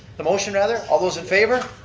the motion, rather? all those in favor,